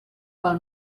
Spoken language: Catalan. pel